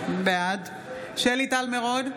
בעד שלי טל מירון,